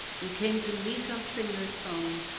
you came to meet us in your son,